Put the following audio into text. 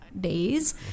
days